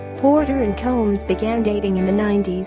porter and combs began dating in the ninety s.